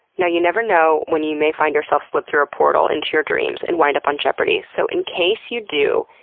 now you never know when you may find yourself slipped through a portal into your dreams and wind up on jeopardy. so in case you do,